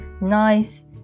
nice